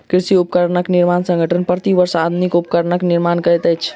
कृषि उपकरण निर्माता संगठन, प्रति वर्ष आधुनिक उपकरणक निर्माण करैत अछि